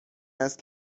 است